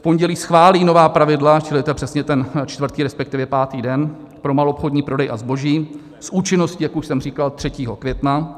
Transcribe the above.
V pondělí schválí nová pravidla, čili to je přesně ten čtvrtý, respektive pátý den pro maloobchodní prodej zboží s účinností, jak už jsem říkal, 3. května.